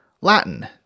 Latin